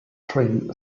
train